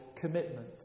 commitment